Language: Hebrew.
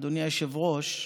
אדוני היושב-ראש,